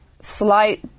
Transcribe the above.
slight